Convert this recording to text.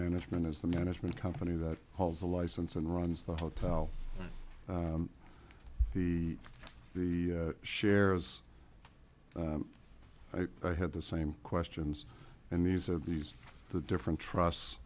management is the management company that holds the license and runs the hotel the the shares i had the same questions and these are these the different trust